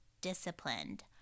disciplined